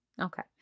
Okay